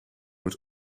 het